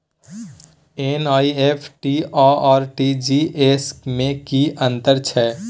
NEFT आ RTGS में की अन्तर छै?